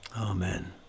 Amen